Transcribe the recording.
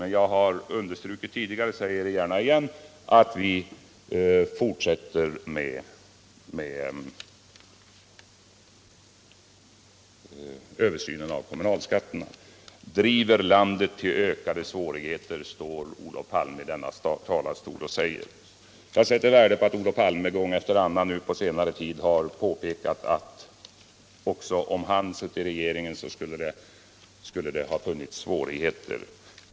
Men jag har också understrukit tidigare och säger det gärna igen att vi fortsätter med översynen av kommunalskatterna. Regeringen driver landet till ökade svårigheter, står Olof Palme och säger i denna talarstol. Jag sätter värde på att Olof Palme gång efter annan på senare tid har påpekat att också om han nu hade suttit i regeringen skulle det ha funnits svårigheter.